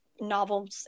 novels